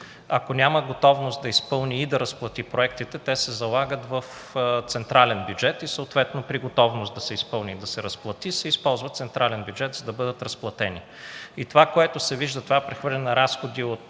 Ако няма готовност да изпълни и да разплати проектите, те се залагат в централния бюджет, като съответно при готовност да се изпълни и да се разплати се използва централния бюджет, за да бъдат разплатени. Това, което се вижда, е прехвърляне на разходи от